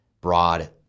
broad